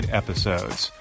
episodes